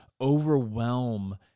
overwhelm